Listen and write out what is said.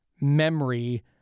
memory